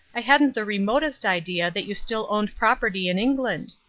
i hadn't the remotest idea that you still owned property in england.